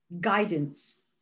guidance